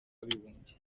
w’abibumbye